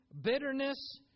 bitterness